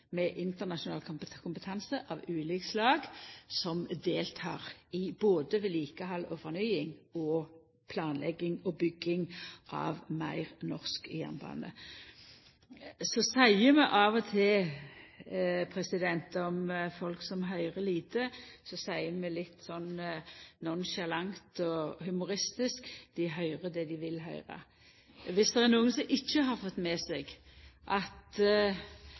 med internasjonal kompetanse av ulikt slag som deltek både i vedlikehald og fornying og i planlegging og bygging av meir norsk jernbane. Så seier vi av og til om folk som høyrer lite, litt nonchalant og humoristisk at dei høyrer det dei vil høyre. Dersom det er nokon som ikkje har fått med seg at